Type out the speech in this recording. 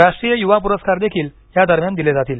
राष्ट्रीय युवा पुरस्कार देखील या दरम्यान दिले जातील